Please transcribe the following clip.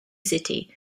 city